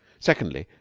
secondly,